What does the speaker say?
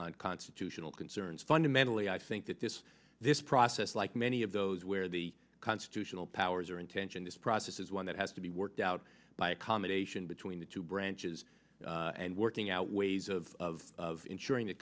on constitutional concerns fundamentally i think that this this process like many of those where the constitutional powers are intentioned this process is one that has to be worked out by accommodation between the two branches and working out ways of ensuring that